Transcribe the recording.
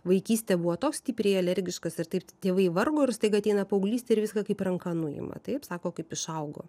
vaikystę buvo toks stipriai alergiškas ir taip tėvai vargo ir staiga ateina paauglystė ir viską kaip ranka nuima taip sako kaip išaugo